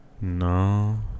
No